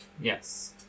Yes